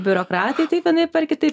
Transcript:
biurokratai taip vienaip ar kitaip